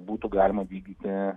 būtų galima vykdyti